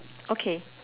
okay